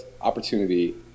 opportunity